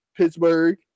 Pittsburgh